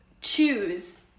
choose